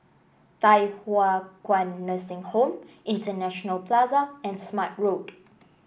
Thye Hua Kwan Nursing Home International Plaza and Smart Road